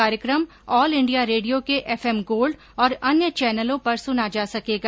कार्यक्रम all India radio के F M gold और अन्य चैनलों पर सुना जा सकेगा